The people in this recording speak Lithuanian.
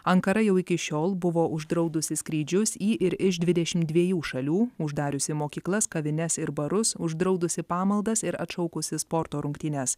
ankara jau iki šiol buvo uždraudusi skrydžius į ir iš dvidešimt dviejų šalių uždariusi mokyklas kavines ir barus uždraudusi pamaldas ir atšaukusi sporto rungtynes